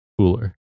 cooler